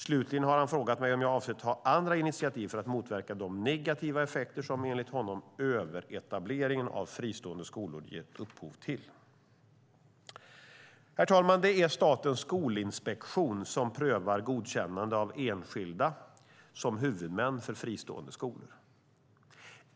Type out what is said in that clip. Slutligen har han frågat mig om jag avser att ta andra initiativ för att motverka de negativa effekter som, enligt honom, överetableringen av fristående skolor gett upphov till. Det är Statens skolinspektion som prövar godkännande av enskilda som huvudmän för fristående skolor.